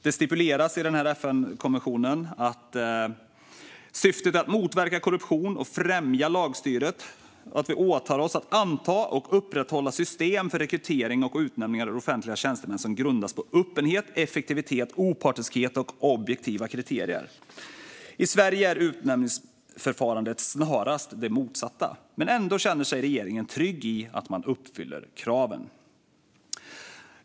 Det stipuleras i FN-konventionen att syftet är att motverka korruption och främja lagstyret och att vi åtar oss att anta och upprätthålla system för rekrytering och utnämning av det offentligas tjänstemän som grundas på öppenhet, effektivitet, opartiskhet och objektiva kriterier. I Sverige är utnämningsförfarandet snarast det motsatta. Ändå känner sig regeringen trygg med att man uppfyller kraven.